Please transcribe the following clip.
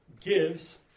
gives